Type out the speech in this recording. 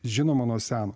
žinoma nuo seno